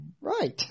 Right